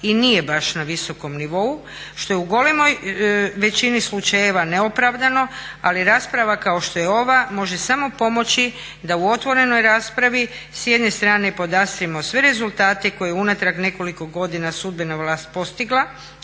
i nije baš na visokom nivou što je u golemoj većini slučajeva neopravdano ali rasprava kao što je ova može samo pomoći da u otvorenoj raspravi s jedne strane podastremo sve rezultate koje je unatrag nekoliko godina sudbena vlast postigla,